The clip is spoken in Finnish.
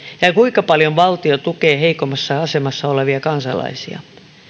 ja kuinka paljon valtio tukee heikommassa asemassa olevia kansalaisia